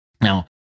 Now